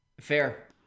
Fair